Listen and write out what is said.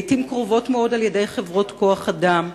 לעתים קרובות מאוד על-ידי חברות כוח-אדם,